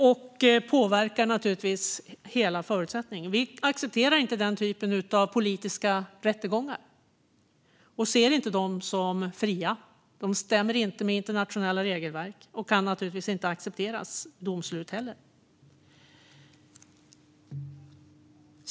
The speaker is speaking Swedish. Det påverkar naturligtvis hela förutsättningen. Vi accepterar inte den typen av politiska rättegångar och ser dem inte som fria. De stämmer inte med internationella regelverk, och domsluten kan inte accepteras.